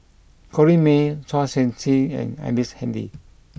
Corrinne May Chua Sian Chin and Ellice Handy